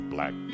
Black